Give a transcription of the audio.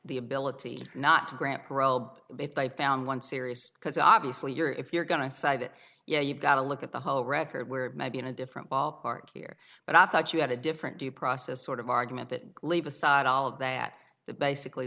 the ability not to grant probe if they found one serious because obviously you're if you're going to cite it yeah you've got to look at the whole record where maybe in a different ballpark here but i thought you had a different view process sort of argument that leave aside all of that the basically